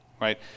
right